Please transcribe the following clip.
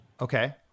Okay